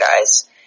guys